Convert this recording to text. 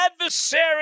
adversary